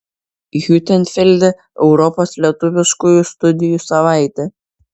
hiutenfelde europos lietuviškųjų studijų savaitė